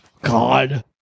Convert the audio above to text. god